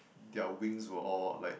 their wings were all like